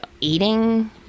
eating